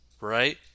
right